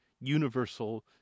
universal